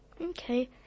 Okay